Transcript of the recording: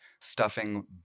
stuffing